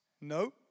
no